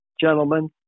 gentlemen